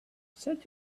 said